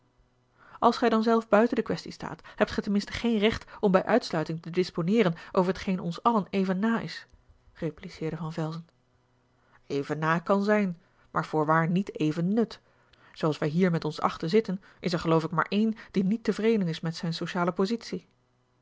als gij dan zelf buiten de kwestie staat hebt gij ten minste geen recht om bij uitsluiting te disponeeren over t geen ons allen even na is repliceerde van velzen even na kan zijn maar voorwaar niet even nut zooals wij hier met ons achten zitten is er geloof ik maar een die niet tevreden is met zijn sociale positie